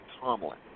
Tomlin